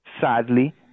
sadly